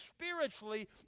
spiritually